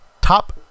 top